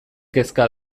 kezka